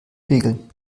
regeln